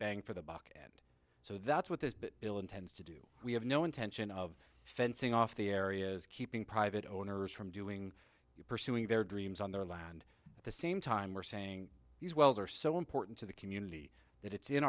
bang for the buck and so that's what this bill intends to do we have no intention of fencing off the areas keeping private owners from doing pursuing their dreams on their land at the same time we're saying these wells are so important to the community that it's in